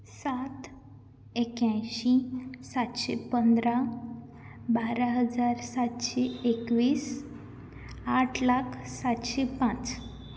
सात एकायंशीं सातशीं पंदरा बारा हजार सातशीं एकवीस आठ लाख सातशें पांच